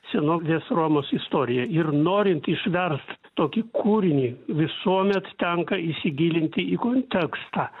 senovės romos istorija ir norint išverst tokį kūrinį visuomet tenka įsigilinti į kontekstą